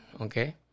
Okay